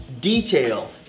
detail